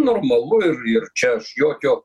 normalu ir ir čia aš jokio